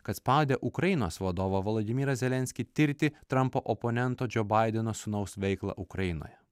kad spaudė ukrainos vadovą volodymyrą zelenskį tirti trampo oponento džo baideno sūnaus veiklą ukrainoje